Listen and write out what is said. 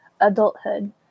adulthood